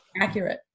accurate